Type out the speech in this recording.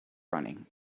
running